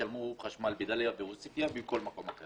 ישלמו חשמל בדליה ועוספיה ובכל מקום אחר,